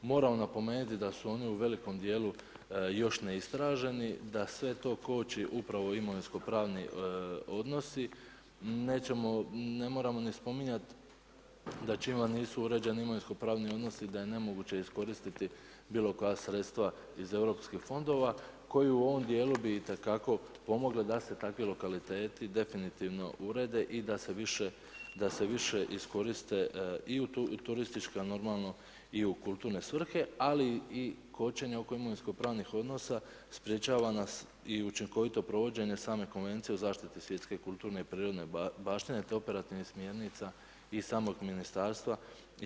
Moram napomenuti da su oni u velikom djelu još neistraženi, da sve to koči upravo imovinsko pravni odnosi, nećemo, ne moramo ni spominjat da čim vam nisu uređeni imovinsko pravni odnosi da je nemoguće iskoristit bilo koja sredstva iz EU fondova koje u ovom djelu bi itekako pomoglo da se takvi lokaliteti definitivno urede i da se više iskoriste i u turističke, a normalno i u kulturne svrhe, ali i kočenja oko imovinsko pravnih odnosa sprečava nas i učinkovito provođenje same konvencije o zaštiti svjetske, kulturne i prirodne baštine te operativnih smjernica iz samog ministarstva i EU.